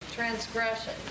transgression